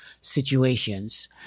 situations